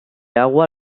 agua